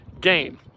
game